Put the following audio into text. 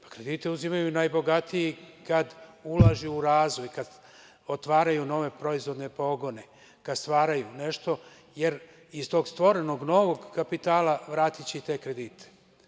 Pa, kredite uzimaju najbogatiji kad ulažu u razvoj, kad otvaraju nove proizvodne pogone, kad stvaraju nešto, jer iz tog stvorenog novog kapitala vratiće i te kredite.